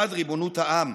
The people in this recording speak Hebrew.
1. ריבונות העם,